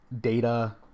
Data